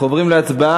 אנחנו עוברים להצבעה.